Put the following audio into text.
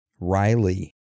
Riley